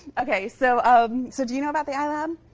ok, so um so do you know about the ah ilab?